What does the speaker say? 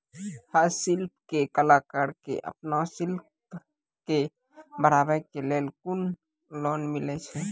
हस्तशिल्प के कलाकार कऽ आपन शिल्प के बढ़ावे के लेल कुन लोन मिलै छै?